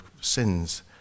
sins